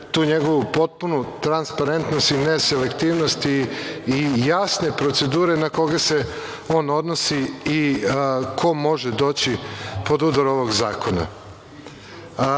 tu njegovu potpunu transparentnost i neselektivnost i jasne procedure na koga se on odnosi i ko može doći pod udar ovog zakona. Takođe,